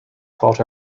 thought